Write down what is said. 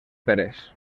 peres